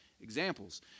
examples